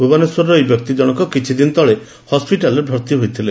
ଭୁବନେଶ୍ୱରର ଏହି ବ୍ୟକ୍ତିଜଣକ କିଛିଦିନ ତଳେ ହସ୍ୱିଟାଲରେ ଭର୍ଉ ହୋଇଥିଲେ